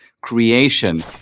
creation